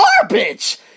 garbage